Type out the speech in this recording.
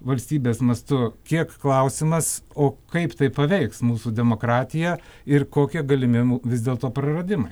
valstybės mastu kiek klausimas o kaip tai paveiks mūsų demokratiją ir kokie galimi m vis dėlto praradimai